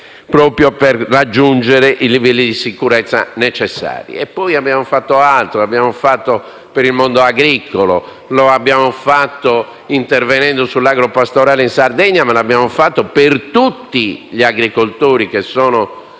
proprio per raggiungere i livelli di sicurezza necessari. Poi abbiamo fatto altro. Per il mondo agricolo abbiamo operato intervenendo sull'agropastorale in Sardegna, ma lo abbiamo fatto per tutti gli agricoltori che sono